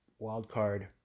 wildcard